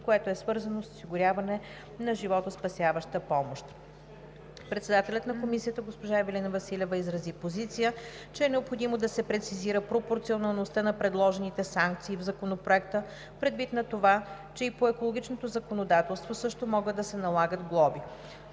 което е свързано с осигуряване на животоспасяваща помощ. Председателят на Комисията госпожа Ивелина Василева изрази позиция, че е необходимо да се прецизира пропорционалността на предложените санкции в Законопроекта, предвид на това че и по екологичното законодателство също могат да се налагат глоби.